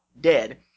dead